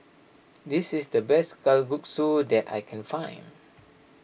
this is the best Kalguksu that I can find